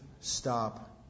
stop